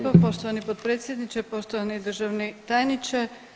Poštovani potpredsjedniče, poštovani državni tajniče.